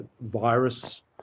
virus